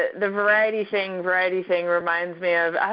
the variety thing variety thing reminds me of,